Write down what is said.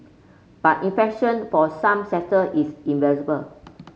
but inflation for some sector is